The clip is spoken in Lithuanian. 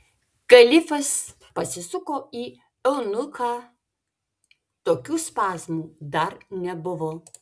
kalifas pasisuko į eunuchą tokių spazmų dar nebuvo